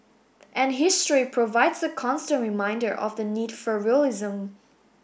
and history provides a constant reminder of the need for realism